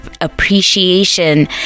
appreciation